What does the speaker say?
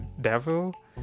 devil